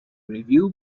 review